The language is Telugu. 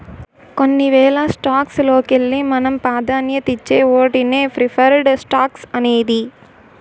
కొన్ని వేల స్టాక్స్ లోకెల్లి మనం పాదాన్యతిచ్చే ఓటినే ప్రిఫర్డ్ స్టాక్స్ అనేది